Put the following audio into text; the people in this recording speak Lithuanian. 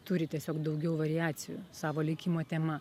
turi tiesiog daugiau variacijų savo likimo tema